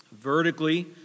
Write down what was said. Vertically